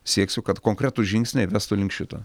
sieksiu kad konkretūs žingsniai vestų link šito